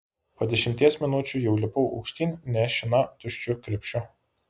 po dešimties minučių jau lipau aukštyn nešina tuščiu krepšiu